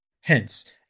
Hence